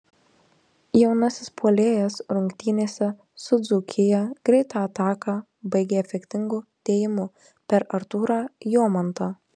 jaunasis puolėjas rungtynėse su dzūkija greitą ataką baigė efektingu dėjimu per artūrą jomantą